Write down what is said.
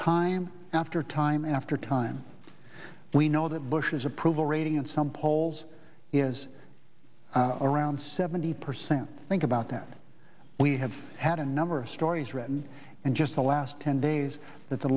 time after time after time we know that bush's approval rating in some polls is around seventy percent think about that we have had a number of stories written and just the last ten days that the